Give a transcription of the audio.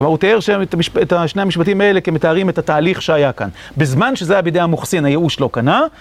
אבל הוא תיאר את שני המשפטים האלה כמתארים את התהליך שהיה כאן. בזמן שזה היה בידי המוחסין, היאוש לא קנה.